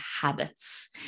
habits